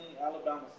Alabama